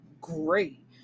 great